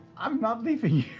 i'm not leaving you.